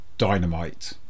dynamite